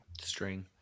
String